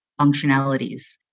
functionalities